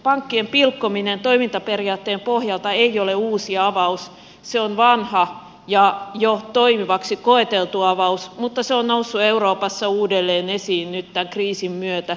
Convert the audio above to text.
pankkien pilkkominen toimintaperiaatteen pohjalta ei ole uusi avaus se on vanha ja jo toimivaksi koeteltu avaus mutta se on noussut euroopassa uudelleen esiin nyt tämän kriisin myötä